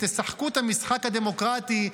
תשחקו את המשחק הדמוקרטי,